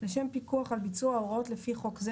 לשם פיקוח על ביצוע ההוראות לפי חוק זה,